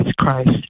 Christ